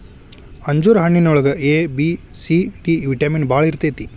ಅಂಜೂರ ಹಣ್ಣಿನೊಳಗ A, B, C, D vitamin ಬಾಳ ಇರ್ತೈತಿ